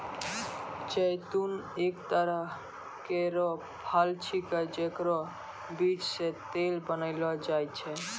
जैतून एक तरह केरो फल छिकै जेकरो बीज सें तेल बनैलो जाय छै